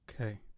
Okay